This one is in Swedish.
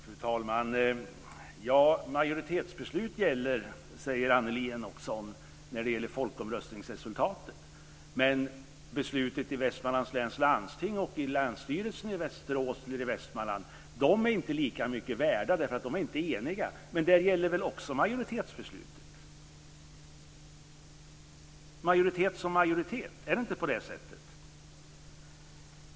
Fru talman! Majoritetsbeslut gäller, säger Annelie Enochson, för folkomröstningsresultatet. Men besluten i Västmanlands läns landsting och i länsstyrelsen där är inte lika mycket värda därför att de inte var eniga. Men här gäller väl också majoritetsbeslutet. Majoritet som majoritet, är det inte på det sättet?